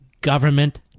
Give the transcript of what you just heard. government